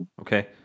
okay